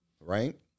right